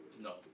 No